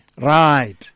Right